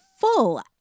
full